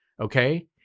okay